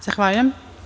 Zahvaljujem.